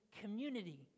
community